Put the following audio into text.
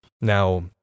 Now